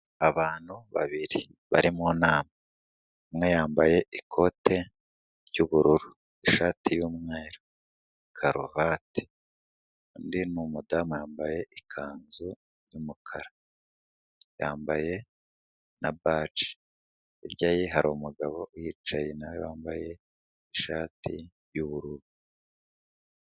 Abantu babiri bari mu nama, umwe yambaye ikote ry'ubururu, ishati y'umweru, karuvati, undi n'umudamu yambaye ikanzu y'umukara, yambaye na baji, hirya ye hari umugabo uhicaye nawe wambaye ishati y'ubururu.